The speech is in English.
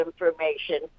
information